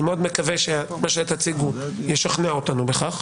אני מקווה מאוד שמה שתציגו ישכנע אותנו בכך,